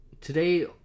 today